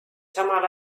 samal